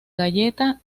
galleta